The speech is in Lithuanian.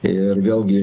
ir vėlgi